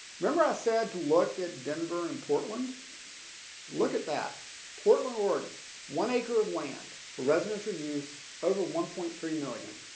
remember i said to look at denver and portland look at that portland oregon one acre of land for residential use over one point three million